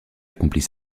accomplit